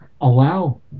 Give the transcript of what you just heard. allow